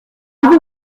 vous